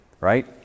Right